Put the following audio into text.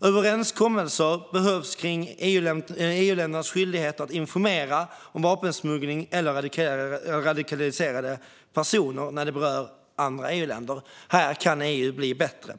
Överenskommelser behövs när det gäller EU-ländernas skyldighet att informera om vapensmuggling eller radikaliserade personer när andra EU-länder berörs. Här kan EU bli bättre.